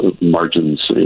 margins